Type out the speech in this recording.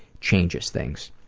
changes things.